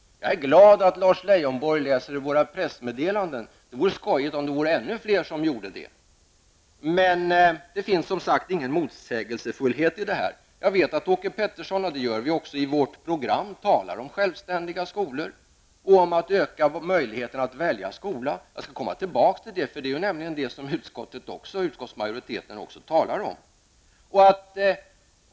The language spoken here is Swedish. Jag är glad att Lars Leijonborg läser våra pressmeddelanden, det vore skojigt om ännu fler gjorde det. Det finns som sagt ingen motsägelsefullhet i detta. Jag vet att Åke Pettersson, liksom vi gör i vårt program, talar om självständiga skolor och om att öka möjligheten att välja skola. Jag skall komma tillbaka till det. Det är nämligen det som också utskottsmajoriteten talar om.